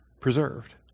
preserved